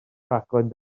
rhaglen